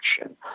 action